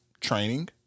training